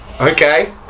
Okay